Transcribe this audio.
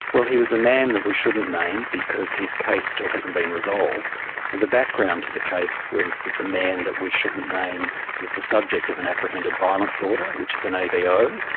well, he was a man that we shouldn't name because his case still hasn't been resolved, and the background to the case was that the man that we shouldn't name was the subject of an apprehended violence order, which is an avo,